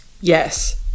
Yes